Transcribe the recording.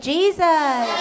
Jesus